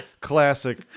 classic